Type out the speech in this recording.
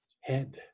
head